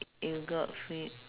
you got